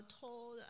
told